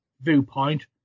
viewpoint